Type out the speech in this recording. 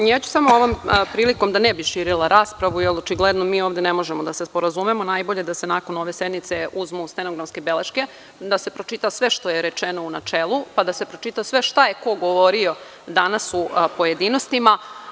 Ja bih samo ovom prilikom, da ne bih širila raspravu, jer očigledno mi ovde ne možemo da se sporazumemo, rekla da je najbolje da se nakon ove sednice uzmu stenografske beleške, da se pročita sve što je rečeno u načelu, pa da se pročita sve šta je ko govorio danas u pojedinostima.